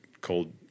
cold